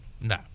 No